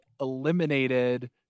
eliminated